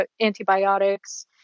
antibiotics